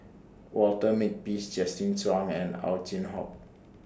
Walter Makepeace Justin Zhuang and Ow Chin Hock